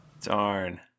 darn